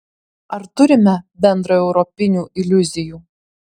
ar turime bendraeuropinių iliuzijų